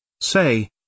Say